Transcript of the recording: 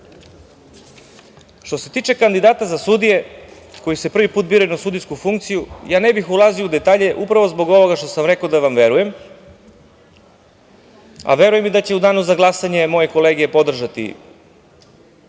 se tiče kandidata za sudije koji se prvi put biraju na sudijsku funkciju, ne bih ulazio u detalje upravo zbog ovoga što sam rekao da vam verujem, a verujem i da će u danu za glasanje moje kolege podržati